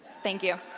thank you.